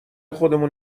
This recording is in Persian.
خودمون